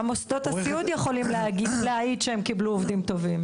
גם עובדי הסיעוד יכולים להעיד שהם קיבלו עובדים טובים.